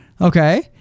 okay